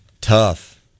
Tough